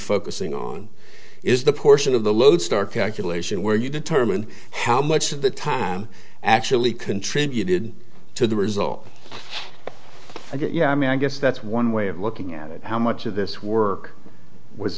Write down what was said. focusing on is the portion of the lodestar calculation where you determine how much of the time actually contributed to the result i get yeah i mean i guess that's one way of looking at it how much of this work was